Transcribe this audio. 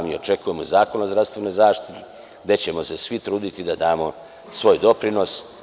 Mi očekujemo zakon o zdravstvenoj zaštiti gde ćemo se svi truditi da damo svoj doprinos.